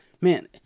man